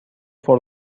for